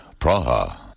Praha